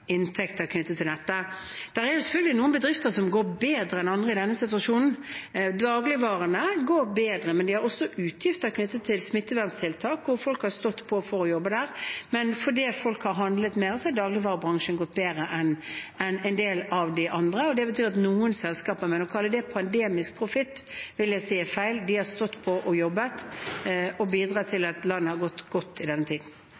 inntekter knyttet til dette. Det er selvfølgelig noen bedrifter som går bedre enn andre i denne situasjonen. Dagligvarebransjen går bedre, men de har også utgifter knyttet til smitteverntiltak, og folk har stått på for å jobbe der. Fordi folk har handlet mer, har dagligvarebransjen gått bedre enn en del av de andre, men å kalle det en pandemisk profitt, vil jeg si er feil. De har stått på og jobbet og bidratt til at landet har gått godt i denne tiden.